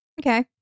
Okay